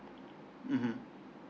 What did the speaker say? mmhmm